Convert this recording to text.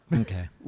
Okay